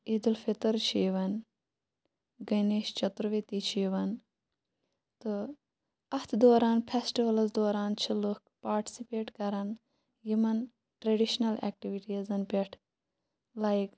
عیٖدُالفطر چھِ یوان گَنیشچَتُرویدی چھُ یِوان تہٕ اَتھ دوران فیسٹِوَلَس دوران چھِ لُکھ پاٹِسِپیٹ کَران یِمن ٹرٛیڈِشِنل ایکٹِوِٹیٖیزَن پٮ۪ٹھ لایِک